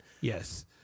Yes